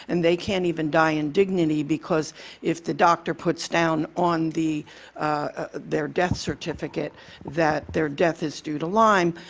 and they can't even die in dignity because if the doctor puts down on the their death certificate that their death is due to lyme,